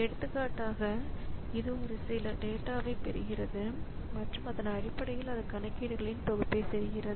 எடுத்துக்காட்டாக இது சில டேட்டாவைப் பெறுகிறது மற்றும் அதன் அடிப்படையில் அது கணக்கீடுகளின் தொகுப்பைச் செய்கிறது